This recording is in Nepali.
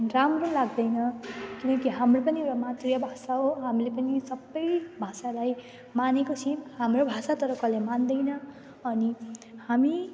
राम्रो लाग्दैन किनकि हाम्रो पनि एउटा मातृभाषा हो हामीले पनि सबै भाषालाई मानेपछि हाम्रो भाषा तर कसैले मान्दैन अनि हामी